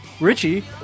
Richie